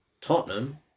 Tottenham